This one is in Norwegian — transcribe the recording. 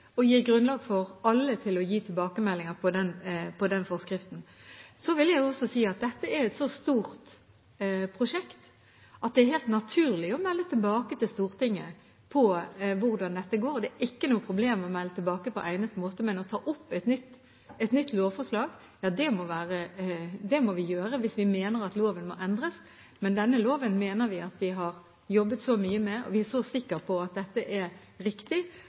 og gir grunnlag for alle til å gi tilbakemeldinger. Så vil jeg også si at dette er et så stort prosjekt at det er helt naturlig å melde tilbake til Stortinget om hvordan dette går. Det er ikke noe problem å melde tilbake på egnet måte, men å komme med et nytt lovforslag, ja, det gjør vi hvis vi mener at loven må endres. Men denne loven mener vi at vi har jobbet så mye med, og vi er så sikre på at dette er riktig.